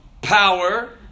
power